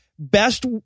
best